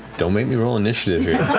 don't make me roll initiative here.